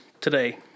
today